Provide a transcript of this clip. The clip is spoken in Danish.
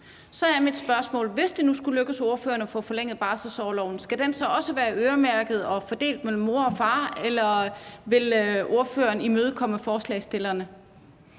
Så er mit spørgsmål: Hvis det nu skulle lykkes ordføreren at få forlænget barselsorloven, skal den så også være øremærket og fordelt mellem mor og far, eller vil ordføreren imødekomme forslagsstillerne?